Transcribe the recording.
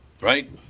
right